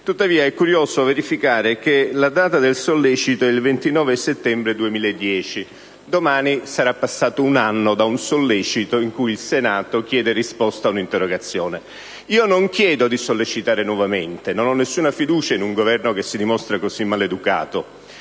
Tuttavia è curioso verificare che la data del sollecito è il 29 settembre 2010. Domani sarà passato un anno da un sollecito con il quale il Senato chiede risposta ad un'interrogazione. Io non chiedo di sollecitare nuovamente perché non ho nessuna fiducia in un Governo che si dimostra così maleducato.